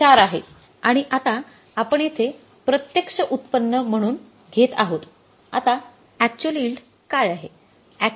हे ४ आहे आणि आता आपण येथे प्रत्यक्ष उत्पन्न म्हणून घेत आहोत आता अॅक्च्युअल यिल्ड काय आहे